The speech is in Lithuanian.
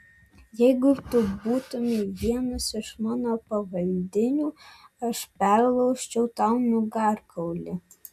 jeigu tu būtumei vienas iš mano pavaldinių aš perlaužčiau tau nugarkaulį